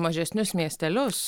mažesnius miestelius